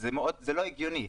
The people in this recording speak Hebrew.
אז זה לא הגיוני.